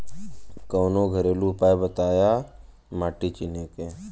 कवनो घरेलू उपाय बताया माटी चिन्हे के?